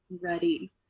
ready